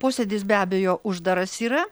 posėdis be abejo uždaras yra